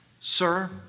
Sir